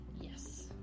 Yes